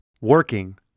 working